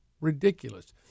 ridiculous